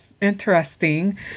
interesting